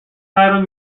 title